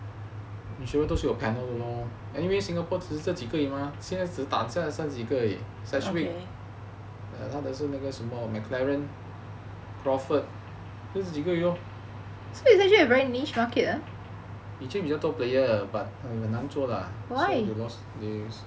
insurer 都是有 panel 的 lor anyway singapore 只是这几个而已 mah 现在只是剩几个而已 it's actually 他的是那个什么 mclaren crawford 就这几个人而已 lor 以前比较多 player 的 but 很难做 lah so hope is lost